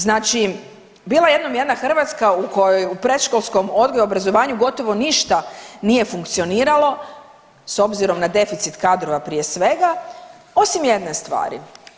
Znači, bila jednom jedna Hrvatska u kojoj u predškolskom odgoju i obrazovanju gotovo ništa nije funkcioniralo s obzirom na deficit kadrova prije svega osim jedne stvari.